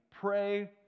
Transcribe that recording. pray